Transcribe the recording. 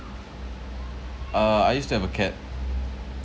uh I used to have a cat